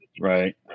right